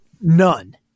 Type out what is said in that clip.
none